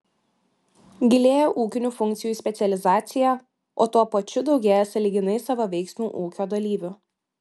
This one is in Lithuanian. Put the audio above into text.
gilėja ūkinių funkcijų specializacija o tuo pačiu daugėja sąlyginai savaveiksmių ūkio dalyvių